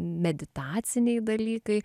meditaciniai dalykai